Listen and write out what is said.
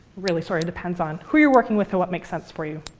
really sort of depends on who you're working with and what make sense for you.